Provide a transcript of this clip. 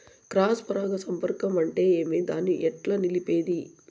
Cross పరాగ సంపర్కం అంటే ఏమి? దాన్ని ఎట్లా నిలిపేది?